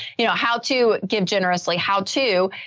you know how to give generously how to.